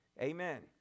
Amen